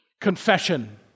confession